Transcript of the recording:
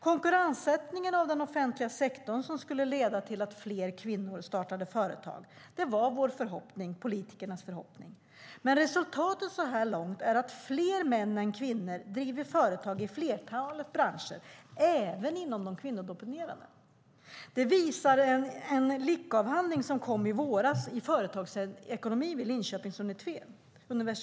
Konkurrensutsättningen av den offentliga sektorn skulle leda till att fler kvinnor startade företag. Det var politikernas förhoppning, men resultatet så här långt är att fler män än kvinnor driver företag i flertalet branscher även inom de kvinnodominerade branscherna. Det visar en lic-avhandling i företagsekonomi vid Linköpings universitet som kom i våras.